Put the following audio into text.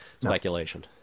speculation